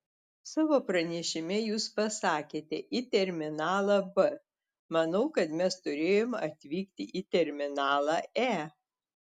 savo pranešime jūs pasakėte į terminalą b manau kad mes turėjome atvykti į terminalą e